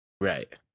right